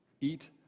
eat